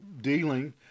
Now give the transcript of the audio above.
dealing